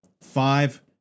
Five